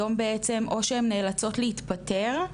היום, בעצם, או שהן נאלצות להתפטר,